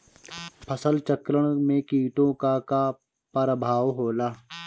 फसल चक्रण में कीटो का का परभाव होला?